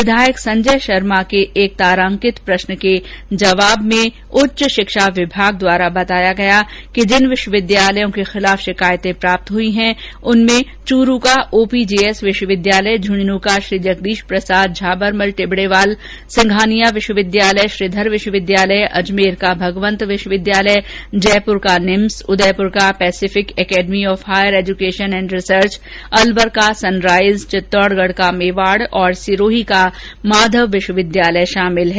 विधायक संजय शर्मा के एक तारांकित प्रश्न के जवाब में उच्च शिक्षा विभाग द्वारा बताया गया है कि जिन विश्वविद्यालयों के खिलाफ शिकायतें प्राप्त हुई हैं उनमें चुरू का ओपीजेएस विश्वविद्यालय झूंझुनू का श्री जगदीश प्रसाद झाबरमल टिबरेवाल विश्वविद्यालय सिंघानिया विश्वविद्यालय श्रीधर विश्वविद्यालय अजमेर का भगवन्त विश्वविद्यालय जयपुर को निम्स विश्वविद्यालय उदयपुर का Pacific Academy of Higher Education and Research विश्वविद्यालय अलवर का सनराइज विश्वविद्यालय वित्तोड़गढ का मेवाड़ विश्वविद्यालय तथा सिरोही का माधव विश्व विद्यालय शामिल हैं